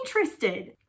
interested